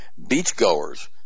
beachgoers